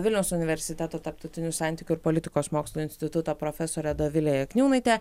vilniaus universiteto tarptautinių santykių ir politikos mokslų instituto profesore dovile jakniūnaite